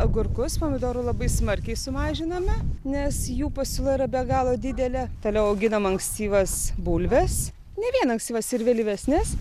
agurkus pomidorų labai smarkiai sumažinome nes jų pasiūla yra be galo didelė toliau auginam ankstyvas bulves ne vien ankstyvas ir vėlyvesnes